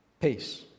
Peace